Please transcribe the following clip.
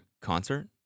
concert